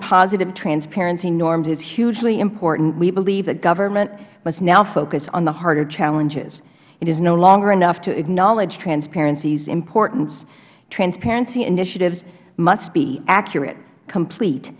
positive transparency norms is hugely important we believe that government must now focus on the harder challenges it is no longer enough to acknowledge transparencys importance transparency initiatives must be accurate complete